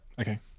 Okay